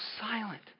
silent